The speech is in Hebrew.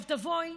תבואי,